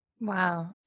Wow